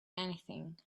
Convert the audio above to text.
anything